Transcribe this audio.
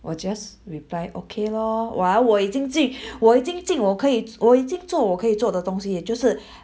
我 just reply okay lor 哇我已经自己 我已经尽我可以我已经做我可以做的东西耶就是